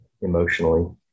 emotionally